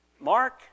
Mark